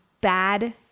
bad